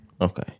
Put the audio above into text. Okay